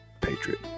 Patriot